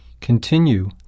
Continue